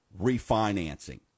refinancing